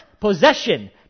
possession